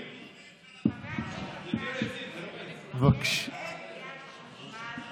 הכנסת קרעי, אין עלייה בחשמל.